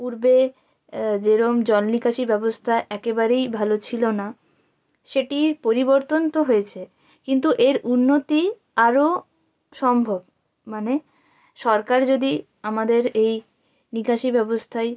পূর্বে যেরকম জল নিকাশি ব্যবস্তা একেবারেই ভালো ছিলো না সেটির পরিবর্তন তো হয়েছে কিন্তু এর উন্নতি আরো সম্ভব মানে সরকার যদি আমাদের এই নিকাশি ব্যবস্থায়